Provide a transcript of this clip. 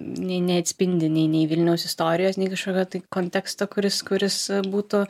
ne neatspindi nei nei vilniaus istorijos nei kažkokio tai konteksto kuris kuris būtų